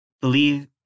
Believe